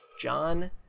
John